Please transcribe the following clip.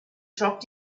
dropped